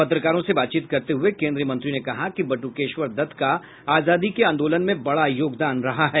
पत्रकारों से बातचीत करते हुये केन्द्रीय मंत्री ने कहा कि बटुकेश्वर दत्त का आजादी के आंदोलन में बड़ा योगदान रहा है